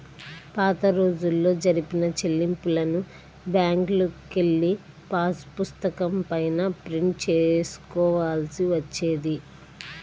పాతరోజుల్లో జరిపిన చెల్లింపులను బ్యేంకుకెళ్ళి పాసుపుస్తకం పైన ప్రింట్ చేసుకోవాల్సి వచ్చేది